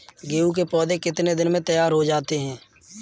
गेहूँ के पौधे कितने दिन में तैयार हो जाते हैं?